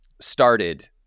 started